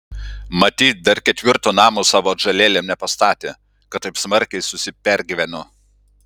matyt dar ketvirto namo savo atžalėlėm nepastatė kad taip smarkiai susipergyveno